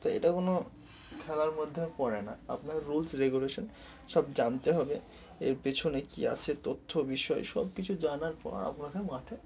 তো এটা কোনো খেলার মধ্যে পড়ে না আপনার রুলস রেগুলেশন সব জানতে হবে এর পেছনে কী আছে তথ্য বিষয় সব কিছু জানার পর আপনাকে মাঠে